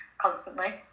constantly